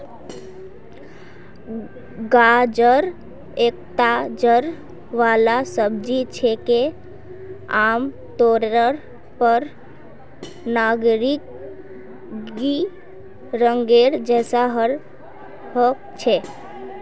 गाजर एकता जड़ वाला सब्जी छिके, आमतौरेर पर नारंगी रंगेर जैसा ह छेक